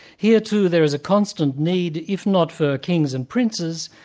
here too, there is a constant need if not for kings and princes,